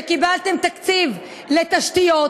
תקציב לתשתיות.